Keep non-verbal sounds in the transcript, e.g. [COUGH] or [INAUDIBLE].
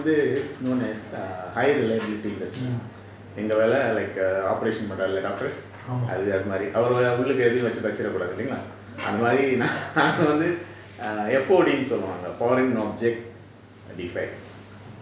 known as err high liability industry எங்க வேல:enga vela like err operation பன்றாருளே:panraarulae doctor அது அது மாரி அவரு உள்ளுக எதும் வச்சு தச்சிர கூடாது இல்லைங்களா அந்த மாரி:athu athu maari avaru ulluka ethum vachu thachchira koodathu illaingala antha maari [LAUGHS] நானு வந்து:nanu vanthu for ன்டு சொல்லுவாங்க:ndu solluvanga foreign object defect